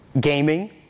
Gaming